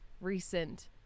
recent